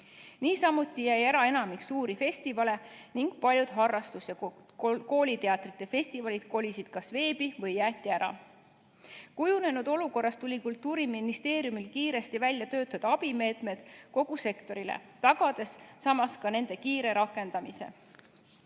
Ära jäi enamik suuri festivale ning paljud harrastus- ja kooliteatrite festivalid kolisid kas veebi või jäeti ära. Kujunenud olukorras tuli Kultuuriministeeriumil kiiresti välja töötada abimeetmed kogu sektorile, tagades ka nende kiire rakendamise.